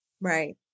Right